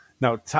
Now